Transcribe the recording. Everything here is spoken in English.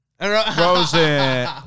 Rosen